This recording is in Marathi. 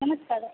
नमस्कार